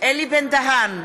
נוכח גלעד ארדן,